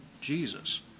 Jesus